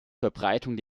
verbreitung